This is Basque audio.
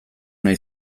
nahi